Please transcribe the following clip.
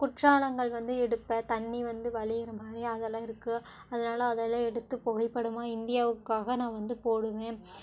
குற்றாலங்கள் வந்து எடுப்பேன் தண்ணி வந்து வழிகிற மாதிரி அதெல்லாம் இருக்கு அதனால அதெல்லாம் எடுத்து புகைப்படமாக இந்தியாவுக்காக நான் வந்து போடுவேன்